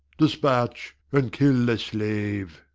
despatch and kill the slave.